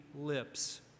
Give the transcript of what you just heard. lips